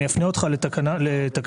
אני אפנה אותך לתקנה 3ב(ב),